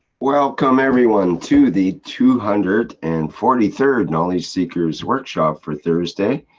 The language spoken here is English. welcome, everyone, to the two hundred and forty third knowledge seekers workshop for thursday,